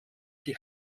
die